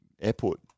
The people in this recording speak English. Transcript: airport –